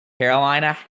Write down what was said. Carolina